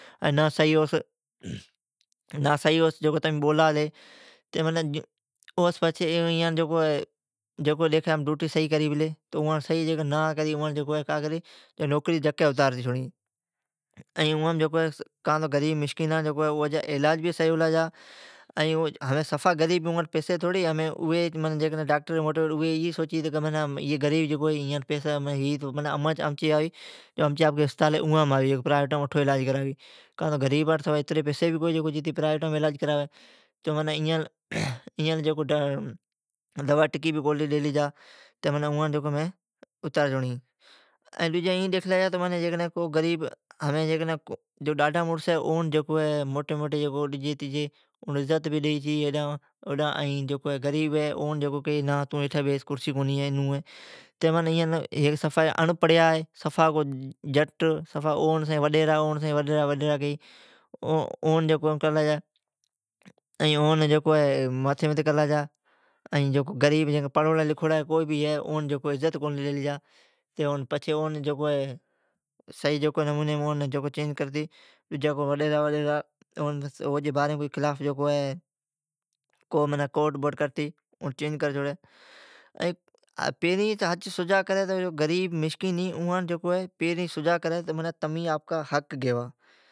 نا صحیح اوس تمین، نا اوس تمین بولا لی او سون پچھی ائی ڈوٹین صحیح کری پلی، نا جکو نوکری صحیح کری او نوکریس اتار چھوڑی غریب مسکیناجا جا علاج بھی صحیح ھنی جا۔ جکو سفا غریب ھی اوانٹ پیسی تھوڑی ھی۔ موٹی موٹی ایون سوچی تون امچی پرائوٹ ہے اویم آوی۔ اتری پیسی کو ھی جکو علاج کراوی۔ ایان دوا ٹکی بھی کونی ڈیلا جا۔ جکو این ڈیکھلی جا، غریب جکو ڈاڈھا مڑس ہے اون عزت بھی ڈیئی چھی۔ غریب ہے جکو اون کیئی تون کھرسی متھی نا بیس۔ جکو اڑپڑیا جٹ ہے اون وڈیرا وڈیرا کیئی۔ اون جکو متھی متھی کرلی جا غریب جکو پڑھوڑا لکھوڑا اون عزت کونی ملی۔ اون چینج کرتی وڈیرا ہے، او جی باریم جکو خلاف ہے، کورٹ کر چھوڑیپیرین جکو غریب مسکین ہے اون سجاگ کرا ائین تمین آپکا حق گیوا۔